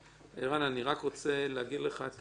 ערן, אני רק רוצה להציג לך את